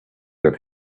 that